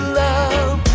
love